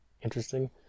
interesting